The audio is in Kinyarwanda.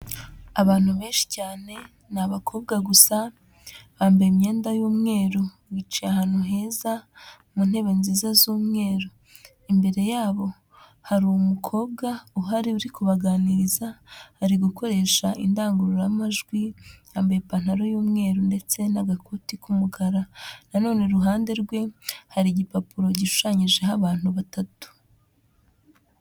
Abantu benshi cyane, ni abakobwa gusa, bambaye imyenda y'umweru, bicaye ahantu heza, mu ntebe nziza z'umweru, imbere yabo hari umukobwa uhari uri kubaganiriza, ari gukoresha indangururamajwi, yambaye ipantaro y'umweru ndetse n'agakoti k'umukara, nanone iruhande rwe, hari igipapuro gishushanyijeho abantu batatu.